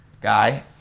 guy